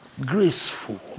Graceful